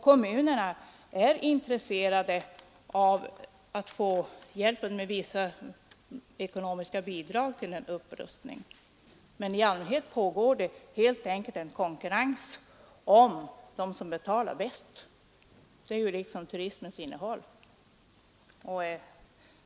Kommunerna är intresserade av att få hjälp med vissa ekonomiska bidrag till en upprustning, men i allmänhet pågår det helt enkelt konkurrens om dem som betalar bäst. Det är turismens innehåll.